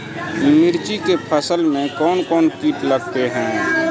मिर्ची के फसल मे कौन कौन कीट लगते हैं?